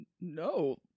No